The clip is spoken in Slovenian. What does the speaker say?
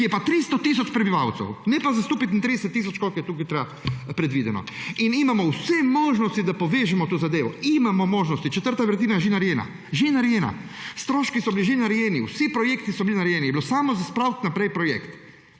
ki pa ima 300 tisoč prebivalcev, ne pa za 135 tisoč, kakor je tukaj predvideno. In imamo vse možnosti, da povežemo to zadevo. Imamo možnosti! Četrta vrtina je že narejena. Stroški so bili že narejeni, vsi projekti so bili narejeni, je bilo samo spraviti naprej projekt.